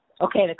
Okay